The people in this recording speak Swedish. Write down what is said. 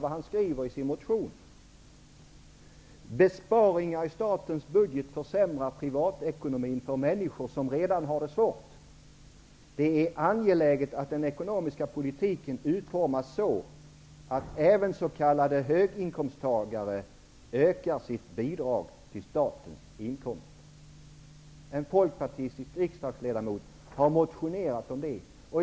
I hans motion heter det: Besparingar i statens budget försämrar privatekonomin för människor som redan har det svårt. Det är angeläget att den ekonomiska politiken utformas så, att även s.k. höginkomsttagare ökar sitt bidrag till statens inkomster. Det är alltså en folkpartistisk riksdagsledamot som har skrivit denna motion.